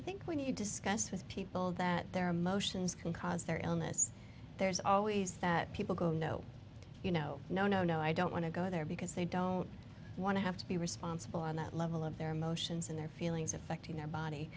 think when you discuss with people that their emotions can cause their illness there's always that people go oh no you know no no no i don't want to go there because they don't want to have to be responsible on that level of their emotions and their feelings affecting their body